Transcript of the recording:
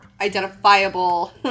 identifiable